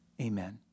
amen